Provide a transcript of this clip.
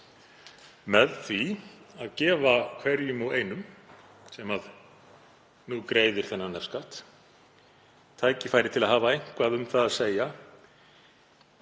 með því að gefa hverjum og einum, sem nú greiðir þennan nefskatt, tækifæri til að hafa eitthvað um það að segja